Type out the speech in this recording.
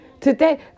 Today